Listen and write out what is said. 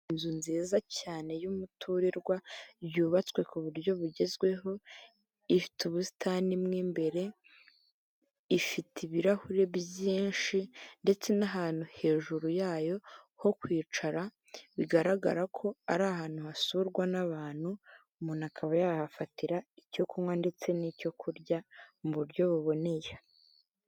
OInzu nziza cyane y'umuturirwa yubatswe ku buryo bugezweho, ifite ubusitani mu imbere, ifite ibirahure byinshi ndetse n'ahantu hejuru yayo ho kwicara bigaragara ko ari ahantu hasurwa n'abantu umuntu akaba yahafatira icyo kunywa ndetse n'icyo kurya mu buryo buboneye.